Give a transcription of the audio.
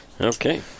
Okay